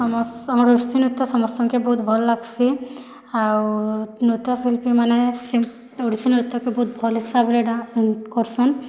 ଆମ ଆମର ଓଡ଼ିଶୀ ନୃତ୍ୟ ସମସ୍ତଙ୍କେ ବହୁତ ଭଲ୍ ଲାଗ୍ସି ଆଉ ନୃତ୍ୟ ଶିଳ୍ପୀମାନେ ଓଡ଼ିଶୀ ନୃତ୍ୟକୁ ବହୁତ ଭଲ୍ ହିସାବରେ ଡ୍ୟାନ୍ସ କରୁସନ୍